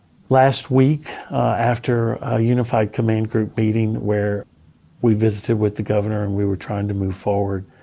last week after a unified command group meeting, where we visited with the governor and we were trying to move forward.